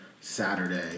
Saturday